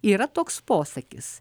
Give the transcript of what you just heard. yra toks posakis